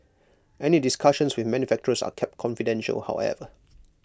any discussions with manufacturers are kept confidential however